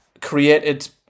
created